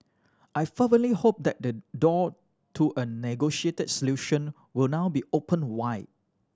I fervently hope that the door to a negotiated solution will now be opened wide